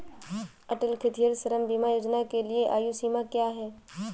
अटल खेतिहर श्रम बीमा योजना के लिए आयु सीमा क्या है?